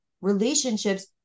relationships